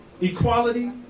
equality